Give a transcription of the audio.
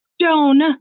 Joan